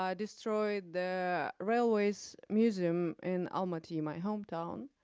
um destroyed the railways museum in almaty, my hometown.